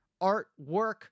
artwork